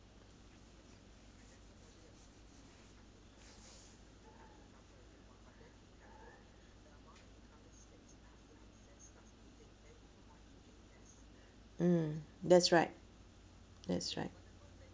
mm that's right that's right